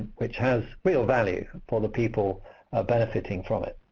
which has real value for the people ah benefiting from it.